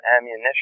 ammunition